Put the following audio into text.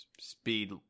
speed